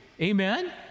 Amen